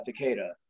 Takeda